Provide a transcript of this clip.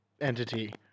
entity